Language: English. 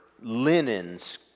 linens